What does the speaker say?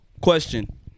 question